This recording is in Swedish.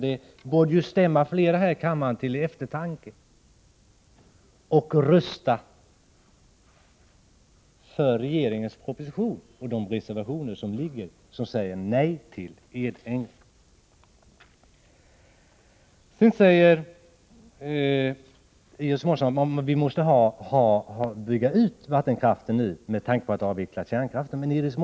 Det borde stämma flera här i kammaren till eftertanke och få dem att rösta för regeringens proposition och de reservationer i vilka man säger nej till en utbyggnad av Edänge. Vi måste bygga ut vattenkraften nu, med tanke på att kärnkraften skall avvecklas, sade Iris Mårtensson.